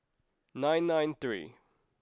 nine nine three